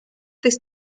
this